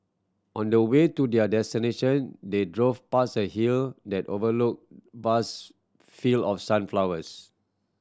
on the way to their destination they drove past a hill that overlook vast field of sunflowers